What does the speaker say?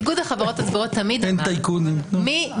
איגוד החברות הציבוריות תמיד אמר שמי